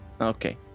Okay